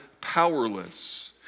powerless